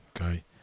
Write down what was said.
okay